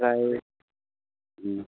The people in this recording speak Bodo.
जायो